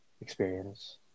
experience